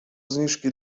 zniżki